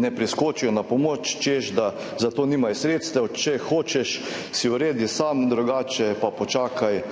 ne priskočijo na pomoč, češ da za to nimajo sredstev, če hočeš, si uredi sam, drugače pa počakaj,